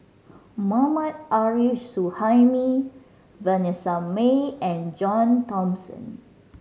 Mohammad Arif Suhaimi Vanessa Mae and John Thomson